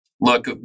Look